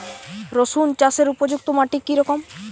রুসুন চাষের উপযুক্ত মাটি কি রকম?